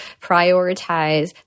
prioritize